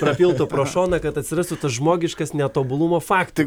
prapiltų pro šoną kad atsirastų tas žmogiškas netobulumo fakt